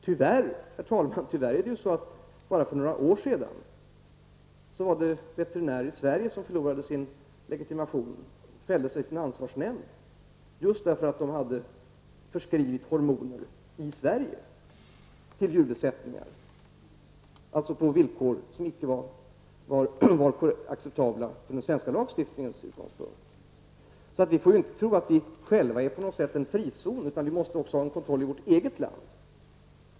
Tyvärr, herr talman, förlorade för bara några år sedan veterinärer i Sverige sin legitimation och fälldes i sin ansvarsnämnd för att de hade förskrivit hormoner till djurbesättningar i Sverige på villkor som inte var acceptabla ur den svenska lagstiftningens utgångspunkt. Vi får inte tro att vi på något sätt själva är en frizon, utan vi måste också ha en kontroll i vårt eget land.